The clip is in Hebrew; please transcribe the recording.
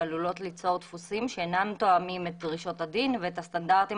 שעלולות ליצור דפוסים שאינם תואמים את דרישות הדין ואת הסטנדרטים